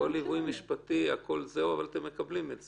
הכול בליווי משפטי, אבל אתם מקבלים את זה.